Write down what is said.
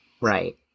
Right